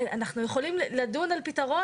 אנחנו יכולים לדון על פתרון.